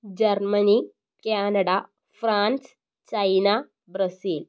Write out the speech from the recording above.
Germany Canada France China Brazil